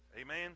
Amen